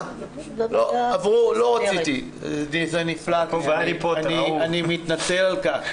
זה נפלט לי, אני מתנצל על כך